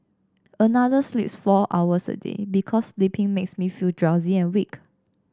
another sleeps four hours a day because sleeping makes me feel drowsy and weak